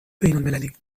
بینالمللی